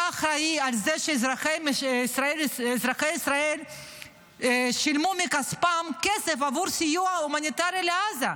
אתה אחראי לזה שאזרחי ישראל שילמו מכספם עבור סיוע הומניטרי לעזה.